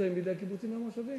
נמצאות בידי הקיבוצים והמושבים.